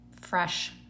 fresh